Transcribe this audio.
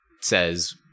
says